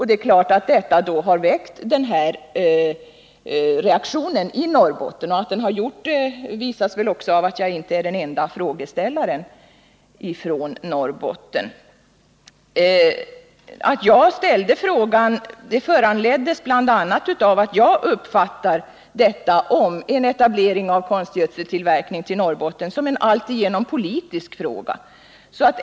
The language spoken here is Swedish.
Detta har givetvis väckt den här reaktionen i Norrbotten, och det visas väl också av att jag inte är den enda frågeställaren från Norrbotten. Att jag ställde frågan berodde bl.a. på att jag uppfattade spörsmålet om en etablering av konstgödseltillverkning i Norrbotten som en alltigenom politisk fråga.